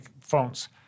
phones